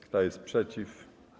Kto jest przeciw?